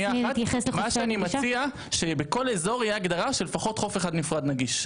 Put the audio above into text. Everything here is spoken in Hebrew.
מה שאני מציע שבכול אזור יהיה הגדרה של לפחות חוף נרפד אחד נגיש,